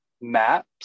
maps